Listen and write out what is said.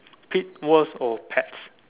pit worlds or pets